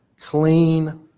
clean